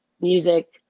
music